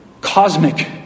cosmic